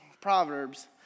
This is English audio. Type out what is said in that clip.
Proverbs